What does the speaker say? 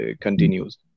continues